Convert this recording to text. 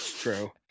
true